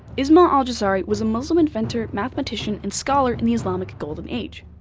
ismail al-jazari was a muslim inventor, mathematician, and scholar in the islamic golden age.